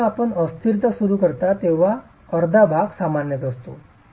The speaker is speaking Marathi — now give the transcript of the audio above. जेव्हा आपण अस्थिरता सुरू करता तेव्हा अर्धा भाग सामान्यत असतो